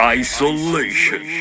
isolation